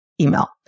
email